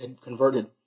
converted